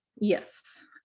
yes